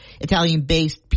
Italian-based